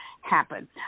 happen